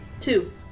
Two